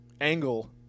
angle